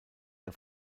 der